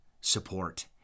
support